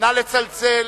נא לצלצל.